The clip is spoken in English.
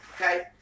okay